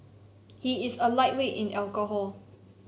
he is a lightweight in alcohol